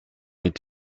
est